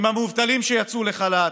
עם המובטלים שיצאו לחל"ת,